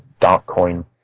Darkcoin